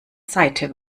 seite